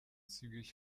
zügig